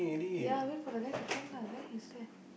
ya wait for the guy to come lah there he's here